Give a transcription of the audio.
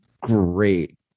great